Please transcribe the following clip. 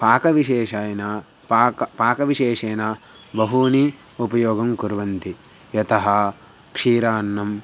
पाकविशेषेण पाकः पाकविशेषेण बहूनि उपयोगं कुर्वन्ति यतः क्षीरान्नं